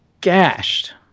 gashed